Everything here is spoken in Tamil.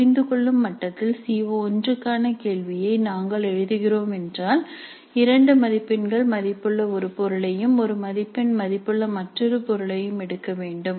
புரிந்துகொள்ளும் மட்டத்தில் சி ஓ1 க்கான கேள்வியை நாங்கள் எழுதுகிறோம் என்றால் 2 மதிப்பெண்கள் மதிப்புள்ள ஒரு பொருளையும் 1 மதிப்பெண் மதிப்புள்ள மற்றொரு பொருளையும் எடுக்க வேண்டும்